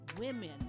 women